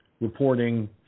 reporting